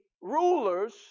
rulers